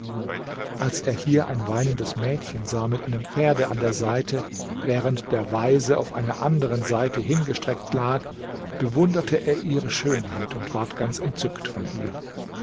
als er hier ein weinendes mädchen sah mit einem pferde an der seite während der weise auf einer anderen seite hingestreckt lag bewunderte er ihre schönheit und ward ganz entzückt von ihr